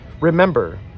Remember